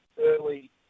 early